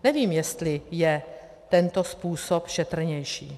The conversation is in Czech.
Nevím, jestli je tento způsob šetrnější.